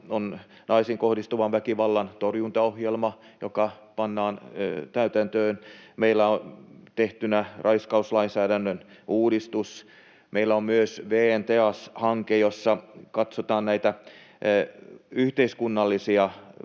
nyt naisiin kohdistuvan väkivallan torjuntaohjelma, joka pannaan täytäntöön. Meillä on tehtynä raiskauslainsäädännön uudistus. Meillä on myös VN TEAS -hanke, jossa katsotaan näitä lähisuhdeväkivallan